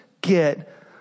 get